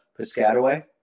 Piscataway